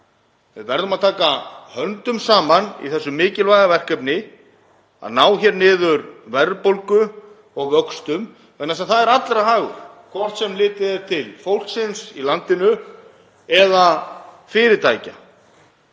við verðum að taka höndum saman í þessu mikilvæga verkefni, að ná hér niður verðbólgu og vöxtum vegna þess að það er allra hagur, hvort sem litið er til fólksins í landinu eða fyrirtækja.